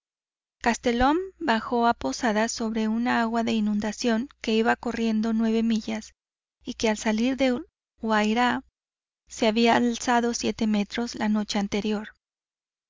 castelhum bajó a posadas sobre una agua de inundación que iba corriendo nueve millas y que al salir del guayra se había alzado siete metros la noche anterior